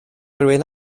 rywun